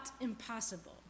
impossible